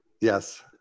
Yes